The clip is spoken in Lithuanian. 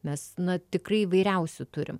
mes na tikrai įvairiausių turim